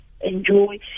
enjoy